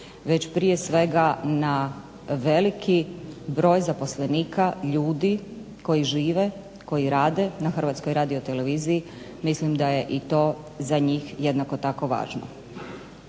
već prije svega na veliki broj zaposlenika, ljudi koji žive, koji rade na Hrvatskoj radioteleviziji. Mislim da je i to za njih jednako tako važno.